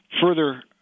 further